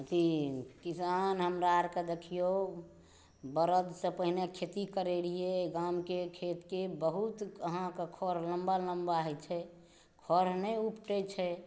अथी किसान हमरा आओरके देखियौ बरदसँ पहिने खेती करैत रहियै गामके खेतके बहुत अहाँकेँ खढ़ लम्बा लम्बा होइत छै खढ़ नहि उपटैत छै